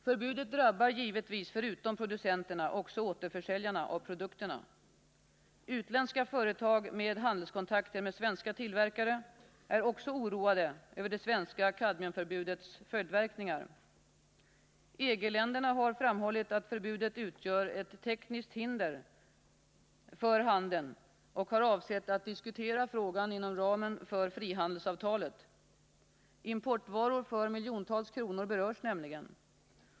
Förbudet drabbar givetvis förutom producenterna också återförsäljarna av produkterna. Utländska företag med handelskontakter med svenska tillverkare är också oroade över det svenska kadmiumförbudets följdverkningar. EG-länderna har framhållit att förbudet utgör ett tekniskt hinder för handeln och har avsett att diskutera frågan inom ramen för frihandelsavtalet. Importvaror för miljontals kronor berörs nämligen.